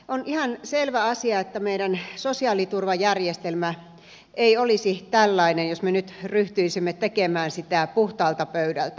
on ihan selvä asia että meidän sosiaaliturvajärjestelmä ei olisi tällainen jos me nyt ryhtyisimme tekemään sitä puhtaalta pöydältä